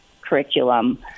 curriculum